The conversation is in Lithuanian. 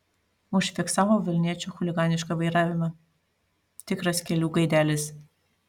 užfiksavo vilniečio chuliganišką vairavimą tikras kelių gaidelis